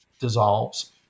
dissolves